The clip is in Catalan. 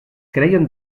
creien